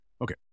Okay